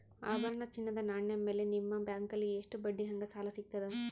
ಆಭರಣ, ಚಿನ್ನದ ನಾಣ್ಯ ಮೇಲ್ ನಿಮ್ಮ ಬ್ಯಾಂಕಲ್ಲಿ ಎಷ್ಟ ಬಡ್ಡಿ ಹಂಗ ಸಾಲ ಸಿಗತದ?